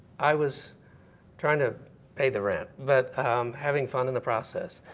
i was trying to pay the rent, but having fun in the process.